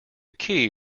key